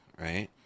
right